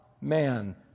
man